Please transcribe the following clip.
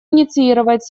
инициировать